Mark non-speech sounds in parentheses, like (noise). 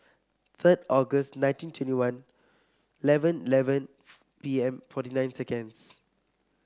third August nineteen twenty one eleven eleven (unintelligible) P M forty nine seconds